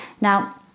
now